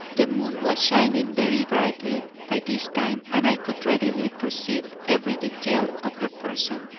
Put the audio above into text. the moon was shining very brightly by this time and i could readily perceive every detail of her person.